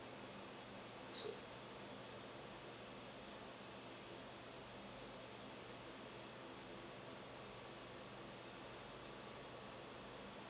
so